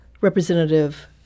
representative